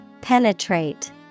Penetrate